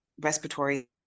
respiratory